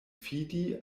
fidi